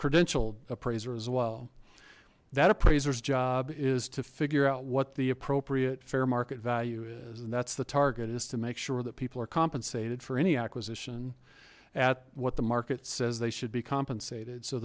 credential appraiser as well that appraisers job is to figure out what the appropriate fair market value is and that's the target is to make sure that people are compensated for any acquisition at what the market says they should be compensated so